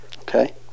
Okay